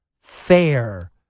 fair